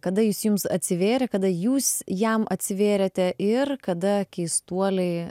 kada jis jums atsivėrė kada jūs jam atsivėrėte ir kada keistuoliai